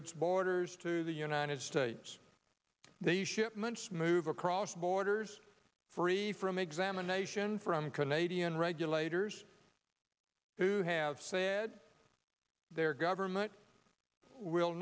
its borders to the united states they shipments move across borders free from examination from canadian regulators who have said their government will